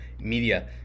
Media